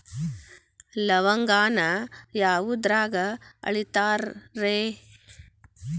ಲವಂಗಾನ ಯಾವುದ್ರಾಗ ಅಳಿತಾರ್ ರೇ?